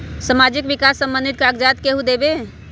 समाजीक विकास संबंधित कागज़ात केहु देबे?